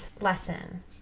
lesson